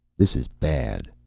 this is bad,